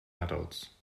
adults